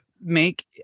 Make